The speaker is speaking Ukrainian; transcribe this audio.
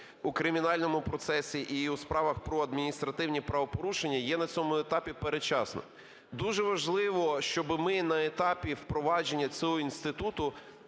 у кримінальному процесі і у справах про адміністративні правопорушення є на цьому етапі передчасно. Дуже важливо, щоб ми на етапі впровадження цього інституту